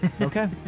okay